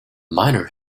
miner